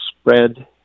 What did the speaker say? spread